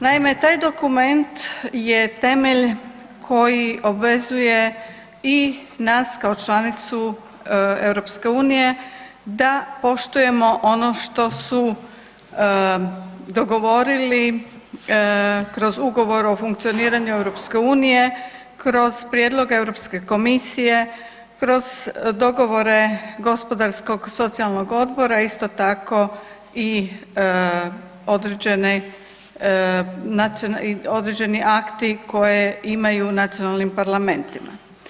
Naime, taj dokument je temelj koji obvezuje i nas kao članicu EU da poštujemo ono što su dogovorili kroz Ugovor o funkcioniranju EU kroz prijedlog Europske komisije, kroz dogovore Gospodarskog socijalnog odbora, a isto tako i određeni akti koje imaju u nacionalnim parlamentima.